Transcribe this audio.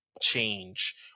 change